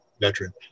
veteran